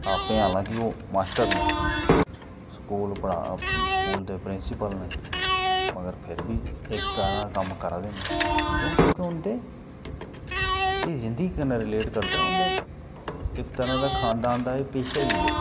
आपे हाले कि ओह् मास्टर ना स्कूल दे प्रिंसीपल ना मगर फिर बी इस तरह दा कम्म करा दे ना क्यों के उंदे एह् जिंदगी कन्नै रिलेट करदे उंदी इक तरह दा खान दान एह् पेशा गै इयै